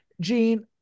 Gene